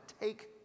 take